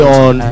on